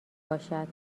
باشد